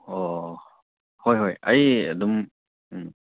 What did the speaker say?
ꯑꯣ ꯍꯣꯏ ꯍꯣꯏ ꯑꯩ ꯑꯗꯨꯝ ꯎꯝ